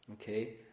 okay